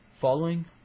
Following